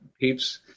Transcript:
peeps